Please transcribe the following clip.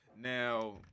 Now